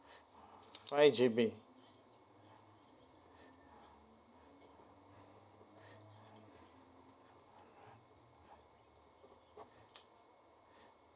five G_B